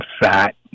fat